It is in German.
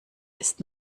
ist